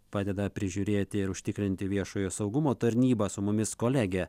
padeda prižiūrėti ir užtikrinti viešojo saugumo tarnyba su mumis kolegė